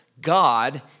God